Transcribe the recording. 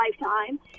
lifetime